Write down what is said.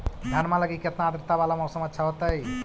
धनमा लगी केतना आद्रता वाला मौसम अच्छा होतई?